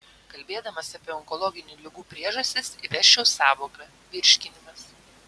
kalbėdamas apie onkologinių ligų priežastis įvesčiau sąvoką virškinimas